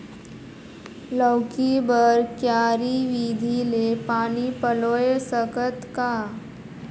लौकी बर क्यारी विधि ले पानी पलोय सकत का?